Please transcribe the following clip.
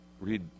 read